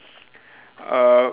uh